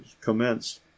commenced